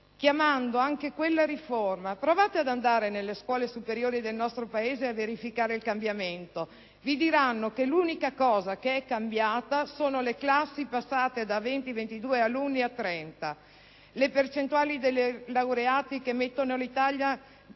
chiamando anche quella riforma. Provate ad andare nelle scuole superiori del nostro Paese a verificare il cambiamento. Vi diranno che l'unica cosa che è cambiata sono le classi, passate da 20-22 a 30 alunni. Le percentuali dei laureati che mettono l'Italia